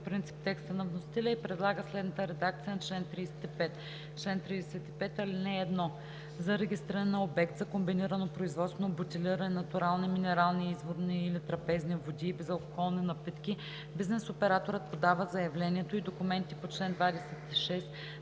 принцип текста на вносителя и предлага следната редакция на чл. 35: „Чл. 35. (1) За регистриране на обект за комбинирано производство на бутилирани натурални минерални, изворни или трапезни води и безалкохолни напитки бизнес операторът подава заявлението и документите по чл. 26